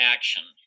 Action